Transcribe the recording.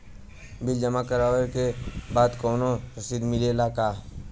Bill जमा करवले के बाद कौनो रसिद मिले ला का?